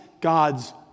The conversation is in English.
God's